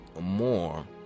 more